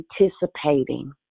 anticipating